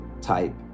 type